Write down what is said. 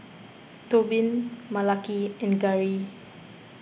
Tobin Malaki and Garey